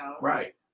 right